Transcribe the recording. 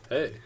Hey